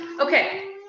Okay